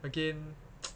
again